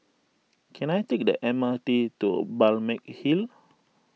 can I take the M R T to Balmeg Hill